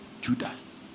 Judas